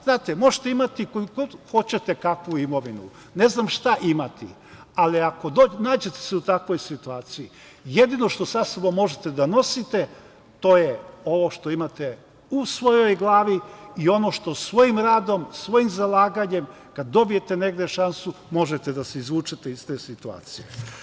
Znate, možete imati koju god hoćete kakvu imovinu, ne znam šta imate, ali ako nađete se u takvoj situaciji, jedino što možete sa sobom da nosite to je ovo što imate u svojoj glavi i ono što svojim radom, svojim zalaganjem kada dobijete negde šansu možete da se izvučete iz te situacije.